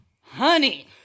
Honey